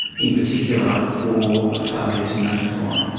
in particular for a failure to notify.